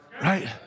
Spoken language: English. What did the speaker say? Right